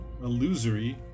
Illusory